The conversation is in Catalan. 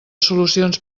solucions